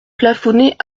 plafonnées